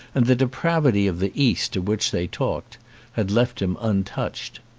and the depravity of the east of which they talk had left him untouched.